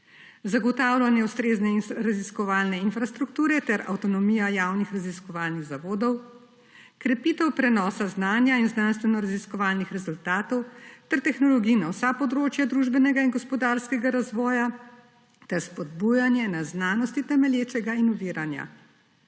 zagotavljanje ustrezne raziskovalne infrastrukture ter avtonomija javnih raziskovalnih zavodov, krepitev prenosa znanja in znanstvenoraziskovalnih rezultatov ter tehnologij na vsa področja družbenega in gospodarskega razvoja ter spodbujanje na znanosti temelječega inoviranja,